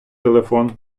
телефон